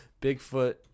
Bigfoot